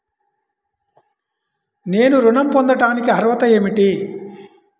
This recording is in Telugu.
నేను ఋణం పొందటానికి అర్హత ఏమిటి?